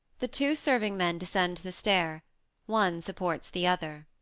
the two serving-men descend the stair one supports the other.